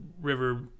river